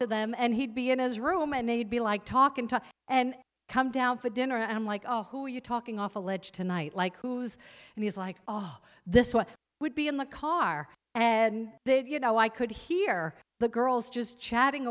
to them and he'd be in his room and they'd be like talking to and come down for dinner and i'm like oh who are you talking off the ledge tonight like who's and he's like all this what would be in the car and they'd you know i could hear the girls just chatting